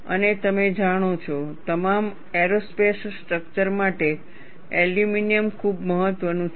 અને તમે જાણો છો તમામ એરોસ્પેસ સ્ટ્રક્ચર્સ માટે એલ્યુમિનિયમ ખૂબ મહત્વનું છે